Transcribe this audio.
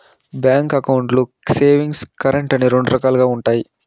bank అకౌంట్లు savings, current అని రెండు రకాలుగా ఉంటాయి